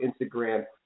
Instagram